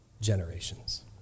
generations